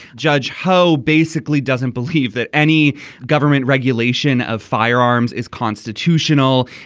judge ho basically doesn't believe that any government regulation of firearms is constitutional.